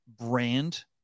brand